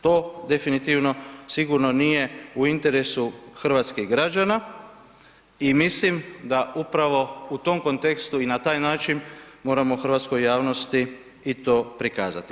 To definitivno sigurno nije u interesu hrvatskih građana i mislim da upravo u tom kontekstu i na taj način moramo hrvatskoj javnosti i to prikazati.